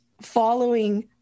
following